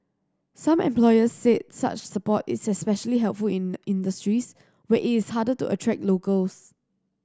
some employers said such support is especially helpful in industries where it is harder to attract locals